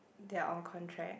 they are on contract